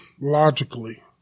logically